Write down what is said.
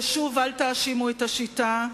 ושוב, אל תאשימו את השיטה.